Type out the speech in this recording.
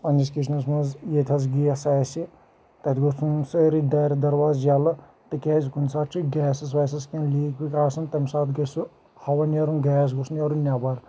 پنٛنِس کِچنَس منٛز ییٚتہِ حظ گیس آسہِ تَتہِ گوٚژھ ژھٕنُن سٲری دارِ دَرواز یَلہٕ تِکیٛازِ کُنہِ ساتہٕ چھُ گیسَس ویسَس کیٚنٛہہ لیٖک ویٖک آسان تَمہِ ساتہٕ گَژھِ سُہ ہَوا نیرُن گیس گوٚژھ نیرُن نٮ۪بَر